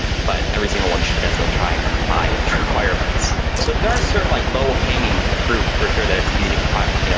but every single one should definitely try and comply with the requirements so there are certain like low-hanging fruit for sure that it's easy to comply with. you know